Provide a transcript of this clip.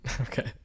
Okay